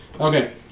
Okay